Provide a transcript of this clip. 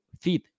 feed